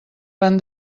van